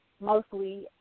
mostly